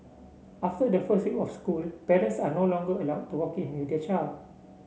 after the first week of school parents are no longer allowed to walk in with their child